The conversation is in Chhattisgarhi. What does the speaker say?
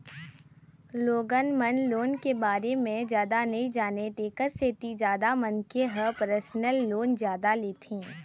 लोगन मन लोन के बारे म जादा नइ जानय तेखर सेती जादा मनखे ह परसनल लोन जादा लेथे